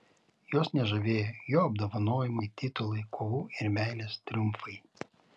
jos nežavėjo jo apdovanojimai titulai kovų ir meilės triumfai